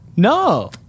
No